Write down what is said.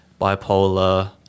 bipolar